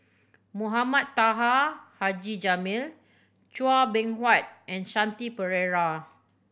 Mohamed Taha Haji Jamil Chua Beng Huat and Shanti Pereira